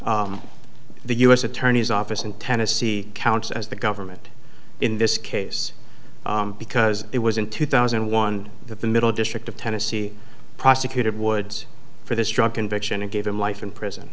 whether the u s attorney's office in tennessee counts as the government in this case because it was in two thousand and one that the middle district of tennessee prosecuted woods for this drug conviction and gave him life in prison